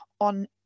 on